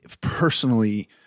personally